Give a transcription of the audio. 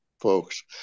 folks